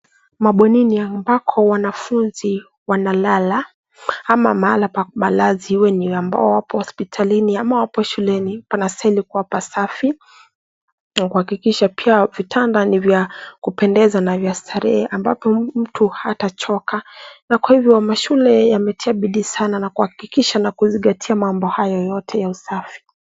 Mabwenini ambako wanafunzi wanalala ama mahali pa malazi kwa wenye ambao wako hospitalini ama wapo shuleni pana stahili kuwa pa safi na kuhakikisha pia vitanda ni vya kupendeza na vya starehe, ambapo mtu hata choka na kwa hivyo mashule yametia bidii sana na kuhakikisha na kuzingatia mambo hayo yote ya usafi.